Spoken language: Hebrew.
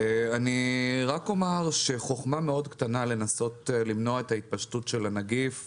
רק אומר שחוכמה מאוד קטנה לנסות למנוע את ההתפשטות של הנגיף